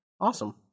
Awesome